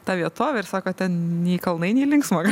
tą vietovę ir sako ten nei kalnai nei linksma